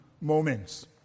moments